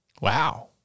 Wow